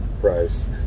price